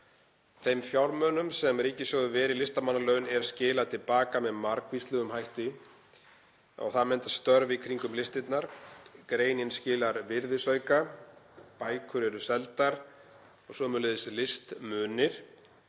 Þeim fjármunum sem ríkissjóður ver í listamannalaun er skilað til baka með margvíslegum hætti. Það myndast störf í kringum listirnar og greinin skilar virðisauka. Bækur eru seldar og sömuleiðis listmunir,